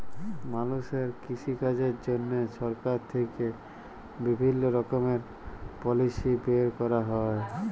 মালুষের কৃষিকাজের জন্হে সরকার থেক্যে বিভিল্য রকমের পলিসি বের ক্যরা হ্যয়